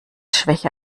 schwäche